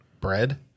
bread